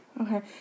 Okay